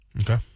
Okay